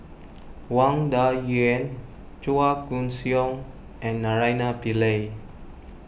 Wang Dayuan Chua Koon Siong and Naraina Pillai